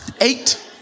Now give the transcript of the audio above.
eight